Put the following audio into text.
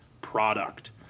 product